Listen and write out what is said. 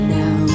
now